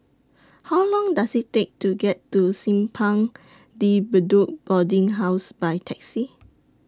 How Long Does IT Take to get to Simpang De Bedok Boarding House By Taxi